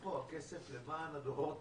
איפה הכסף למען הדורות